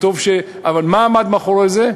אבל מה עמד מאחורי זה?